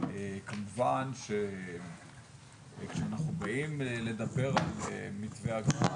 כמובן, כשאנו באים לדבר על מתווה הגז,